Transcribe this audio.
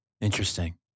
Interesting